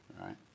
Right